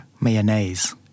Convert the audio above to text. mayonnaise